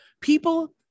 People